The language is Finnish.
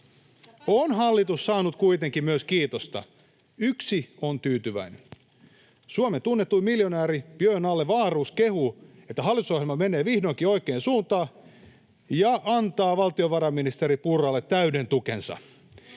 On hallitus saanut kuitenkin myös kiitosta. Yksi on tyytyväinen. Suomen tunnetuin miljonääri Björn ”Nalle” Wahlroos kehuu, että hallitusohjelma menee vihdoinkin oikeaan suuntaan, ja antaa valtiovarainministeri Purralle täyden tukensa.